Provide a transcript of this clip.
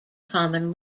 common